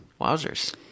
Wowzers